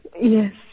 Yes